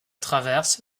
traverse